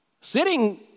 Sitting